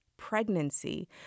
Pregnancy